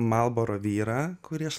malboro vyrą kurį aš